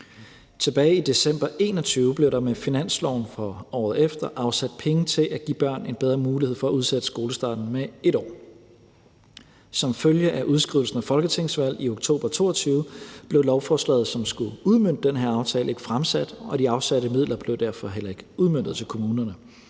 Tilbage i december 2021 blev der med finansloven for året efter afsat penge til at give børn en bedre mulighed for at udsætte skolestarten med et år. Som følge af udskrivelsen af folketingsvalg i oktober 2022 blev lovforslaget, som skulle udmønte den her aftale, ikke fremsat, og de afsatte midler blev derfor heller ikke udmøntet til kommunerne.